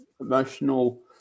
emotional